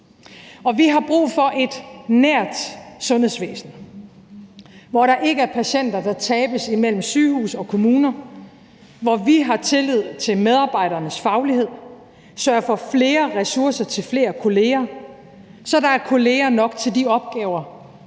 Vi har brug for et nært sundhedsvæsen, hvor der ikke er patienter, der tabes mellem sygehus og kommune, hvor vi har tillid til medarbejdernes faglighed og sørger for flere ressourcer til flere kollegaer, så der er kollegaer nok til de opgaver,